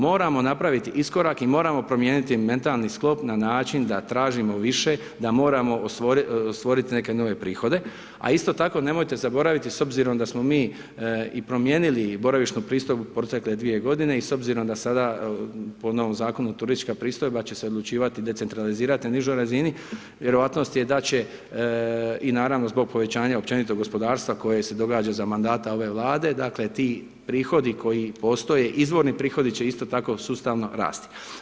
Moramo napraviti iskorak i moramo promijeniti mentalni sklop na način da tražimo više, da moramo stvoriti neke nove prihode, a isto tako nemojte zaboraviti, s obzirom da smo mi i promijenili i boravišnu pristojbu u protekle 2 g. i obzirom da sada po novom zakonu turistička pristojba će se odlučivati decentralizirati na nižoj razini, vjerojatnost je da će i naravno zbog povećanja općenito gospodarstva koji se događa za mandata ove vlade, ti prihodi koji postoje izvorni prihodi će isto tako sustavno rasti.